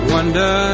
Wonder